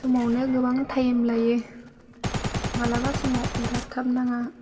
समावनो गोबां टाइम लायो माला समाव अरा थाब नाङा